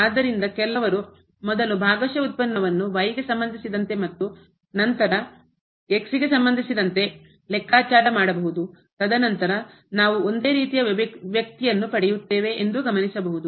ಆದ್ದರಿಂದ ಕೆಲವರು ಮೊದಲು ಭಾಗಶಃ ವ್ಯುತ್ಪನ್ನವನ್ನು ಗೆ ಸಂಬಂಧಿಸಿದಂತೆ ಮತ್ತು ನಂತರ ಗೆ ಸಂಬಂಧಿಸಿದಂತೆ ಲೆಕ್ಕಾಚಾರ ಮಾಡಬಹುದು ತದನಂತರ ನಾವು ಒಂದೇ ರೀತಿಯ ಅಭಿವ್ಯಕ್ತಿಯನ್ನು ಪಡೆಯುತ್ತೇವೆ ಎಂದು ಗಮನಿಸಬಹುದು